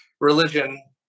religion